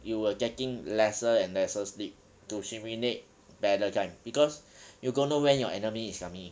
you will getting lesser and lesser sleep to simulate battle time because you don't know when your enemy is coming